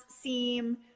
seem